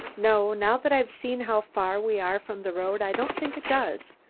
no. now that i've seen how far we are from the road i don't think it does.